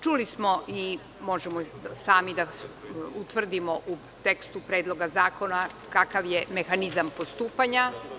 Čuli smo i možemo sami da utvrdimo u tekstu Predloga zakona kakav je mehanizam postupanja.